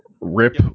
rip